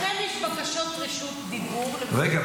לכם יש בקשות רשות דיבור -- רגע,